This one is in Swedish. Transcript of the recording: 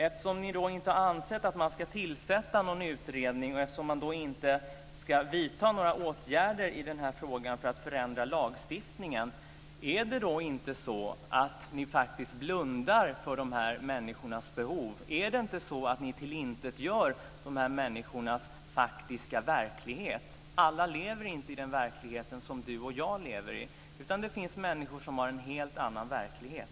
Eftersom ni inte har ansett att man ska tillsätta en utredning eller vidta några åtgärder i den här frågan för att förändra lagstiftningen, är det då inte så att ni faktiskt blundar för de här människornas behov? Är det inte så att ni tillintetgör de här människornas faktiska verklighet? Alla lever inte i den verklighet som Kent Härstedt och jag lever i, utan det finns människor som har en helt annan verklighet.